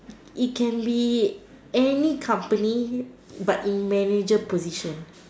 it can be any company but in manager position